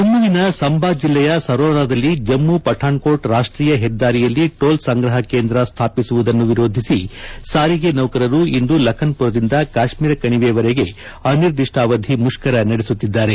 ಜಮ್ಮವಿನ ಸಂಬಾ ಜಿಲ್ಲೆಯ ಸರೋರದಲ್ಲಿ ಜಮ್ಮ ಪಠಾನ್ಕೋಟ್ ರಾಷ್ಟೀಯ ಪೆದ್ದಾರಿಯಲ್ಲಿ ಟೋಲ್ ಸಂಗ್ರಪ ಕೇಂದ್ರ ಸ್ಟಾಪಿಸುವುದನ್ನು ವಿರೋಧಿಸಿ ಸಾರಿಗೆ ನೌಕರರು ಇಂದು ಲಖನ್ಮರದಿಂದ ಕಾಶ್ಮೀರ ಕಣಿವವರೆಗೆ ಅನಿರ್ದಿಷ್ಟಾವಧಿ ಮುಷ್ಕರ ನಡೆಸುತ್ತಿದ್ದಾರೆ